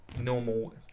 normal